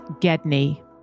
Gedney